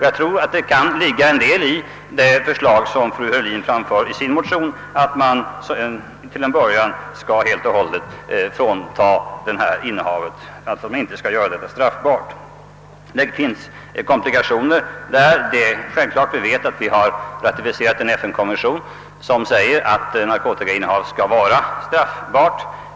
Jag tror att det kan ligga en del i det förslag som fru Heurlin framför i sin motion, nämligen att man till en början skall göra innehavet straffritt. Frågan kompliceras av att det finns en FN-konvention, enligt vilken narkotikainnehav skall vara straffbart.